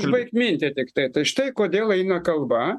užbaigt mintį tiktai tai štai kodėl eina kalba